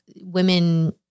women